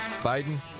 Biden